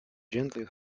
gently